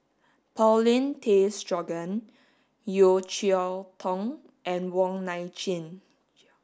Paulin Tay Straughan Yeo Cheow Tong and Wong Nai Chin